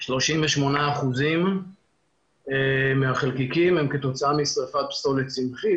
38% מהחלקיקים הם כתוצאה משריפת פסולת צמחית,